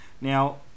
Now